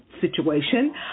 situation